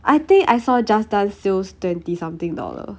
I think I saw just dance sales twenty something dollars